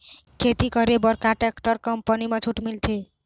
खेती करे बर का टेक्टर कंपनी म छूट मिलथे?